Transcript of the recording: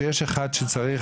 שיש אחד שצריך,